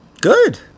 good